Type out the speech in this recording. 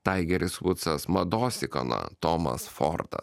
taigeris vudsas mados ikona tomas forda